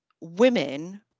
women